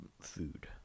food